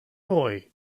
boy